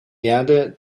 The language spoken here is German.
erde